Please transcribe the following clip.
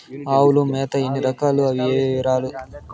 ఆవుల మేత ఎన్ని రకాలు? అవి ఏవి? వివరాలు?